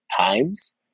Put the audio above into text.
times